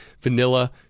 vanilla